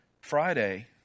Friday